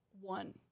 One